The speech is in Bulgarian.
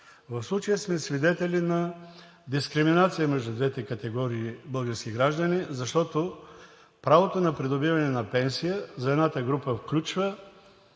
В случая сме свидетели за дискриминация между двете категории български граждани, защото правото на придобиване на пенсия за едната група включва